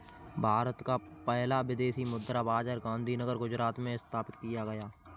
भारत का पहला विदेशी मुद्रा बाजार गांधीनगर गुजरात में स्थापित किया गया है